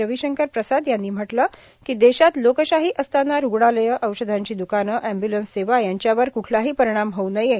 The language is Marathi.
रविशंकर प्रसाद यांनी म्हटलं की देशात लोकशाही असताना रूग्णालयं औषधांची दुकानं एम्बुलंस सेवा यांच्या सेवांवर कुठलाही परिणाम होऊ नये